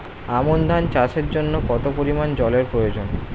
আমন ধান চাষের জন্য কত পরিমান জল এর প্রয়োজন?